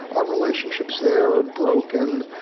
our relationships there are broken.